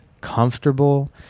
comfortable